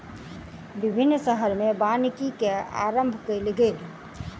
विभिन्न शहर में वानिकी के आरम्भ कयल गेल